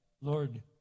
Lord